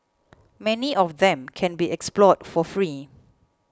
many of them can be explored for free